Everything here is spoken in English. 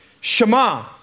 Shema